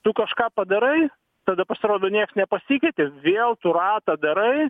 tu kažką padarai tada pasirodo nieks nepasikeitė vėl tu ratą darai